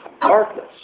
darkness